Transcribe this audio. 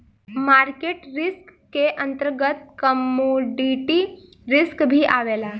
market risk के अंतर्गत commodity risk भी आवेला